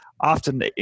Often